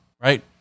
right